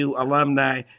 alumni